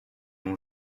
ont